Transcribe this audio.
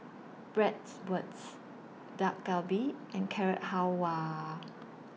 Bratwurst Dak Galbi and Carrot Halwa